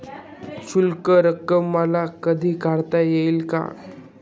शिल्लक रक्कम मला कधी काढता येईल का?